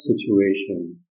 situation